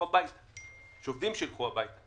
יש עובדים שילכו הביתה.